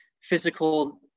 physical